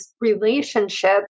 relationship